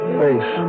face